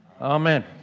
Amen